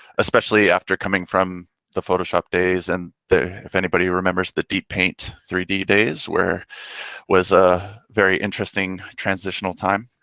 especially after coming from the photoshop days and the, if anybody remembers the deep paint three d days where was a very interesting transitional time.